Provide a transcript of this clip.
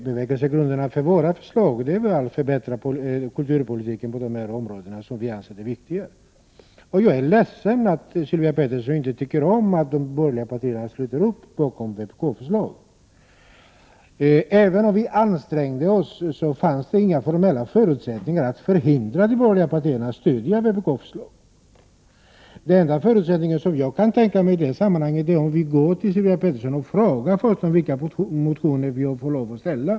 Bevekelsegrunderna för oss har varit att förbättra kulturpolitiken på dessa områden, som vi anser vara viktiga. Jag är ledsen för att Sylvia Pettersson inte tycker om att de borgerliga partierna sluter upp bakom ett vpk-förslag. Även om vi hade ansträngt oss, hade det inte funnits några formella förutsättningar att förhindra de borgerliga partierna att stödja vpk:s förslag. Den enda möjlighet som jag kan tänka mig i detta sammanhang är att vi går till Sylvia Pettersson och frågar vilka motioner vi får lov att väcka.